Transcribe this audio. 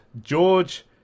George